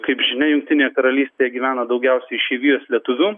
kaip žinia jungtinėje karalystėje gyvena daugiausiai išeivijos lietuvių